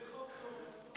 זה חוק טוב ואני סומך עליו.